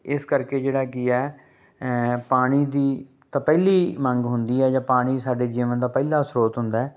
ਇਸ ਕਰਕੇ ਜਿਹੜਾ ਕੀ ਹੈ ਪਾਣੀ ਦੀ ਤਾਂ ਪਹਿਲੀ ਮੰਗ ਹੁੰਦੀ ਹੈ ਜਾਂ ਪਾਣੀ ਸਾਡੇ ਜੀਵਨ ਦਾ ਪਹਿਲਾ ਸਰੋਤ ਹੁੰਦਾ